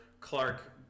Clark